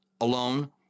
alone